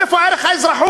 איפה ערך האזרחות?